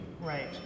Right